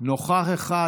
נוכח אחד.